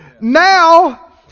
Now